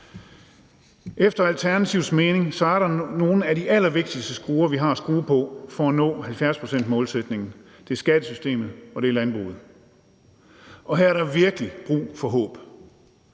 Efter Alternativets mening er nogle af de allervigtigste skruer, vi har at skrue på for at nå 70-procentsmålsætningen, skattesystemet og landbruget. Og her er der virkelig brug for håb.